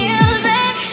Music